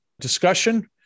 discussion